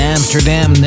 Amsterdam